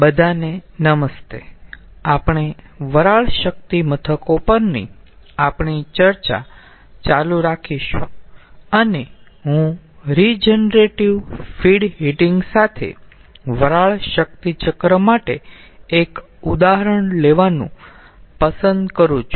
બધાને નમસ્તે આપણે વરાળ શક્તિ મથકો પરની આપણી ચર્ચા ચાલુ રાખીશું અને હું રીજનરેટીવ ફીડ હીટિંગ સાથે વરાળ શક્તિ ચક્ર માટે એક ઉદાહરણ લેવાનું પસંદ કરું છું